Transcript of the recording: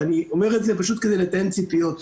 ואני אומר את זה פשוט כדי לתאם ציפיות.